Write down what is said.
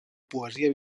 poesia